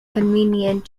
convenient